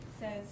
says